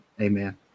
Amen